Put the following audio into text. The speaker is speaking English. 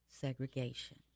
Segregation